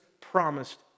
promised